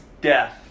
death